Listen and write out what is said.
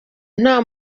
nta